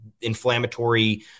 inflammatory